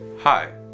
Hi